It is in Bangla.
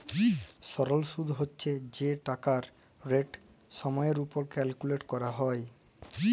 সরল সুদ্ হছে যে টাকাটর রেট সময়ের উপর ক্যালকুলেট ক্যরা হ্যয়